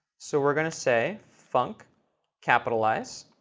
so we're going to say func capitalize.